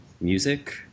music